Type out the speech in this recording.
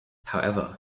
however